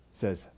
says